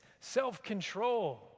self-control